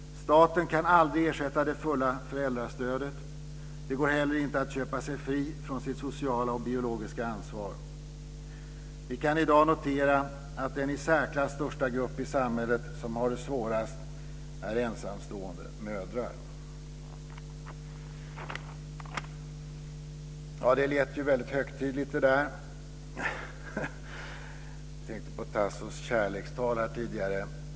Staten kan aldrig ersätta det fulla föräldrastödet. Det går heller inte att köpa sig fri från sitt sociala och biologiska ansvar. Vi kan i dag notera att den i särklass största grupp i samhället som har det svårt är ensamstående mödrar. Det som jag har sagt låter mycket högtidligt. Jag tänkte på Tassos kärlekstal här tidigare.